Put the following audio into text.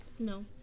No